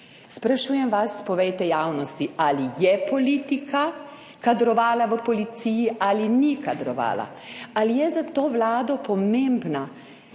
Sprašujem vas, povejte javnosti: Ali je politika kadrovala v policiji ali ni kadrovala? Ali je za to vlado pomembno,